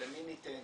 למי ניתן,